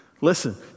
Listen